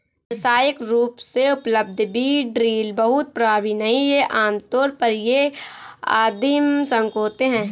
व्यावसायिक रूप से उपलब्ध बीज ड्रिल बहुत प्रभावी नहीं हैं आमतौर पर ये आदिम शंकु होते हैं